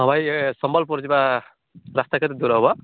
ହଁ ଭାଇ ସମ୍ବଲପୁର ଯିବା ରାସ୍ତା କେତେ ଦୂର ହେବ